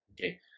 Okay